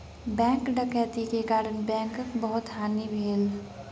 bank डकैती के कारण बैंकक बहुत हानि भेल